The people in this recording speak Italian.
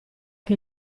che